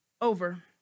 over